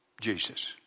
Jesus